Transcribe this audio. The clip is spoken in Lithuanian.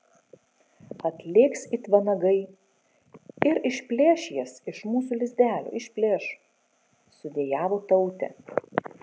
atlėks it vanagai ir išplėš jas iš mūsų lizdelio išplėš sudejavo tautė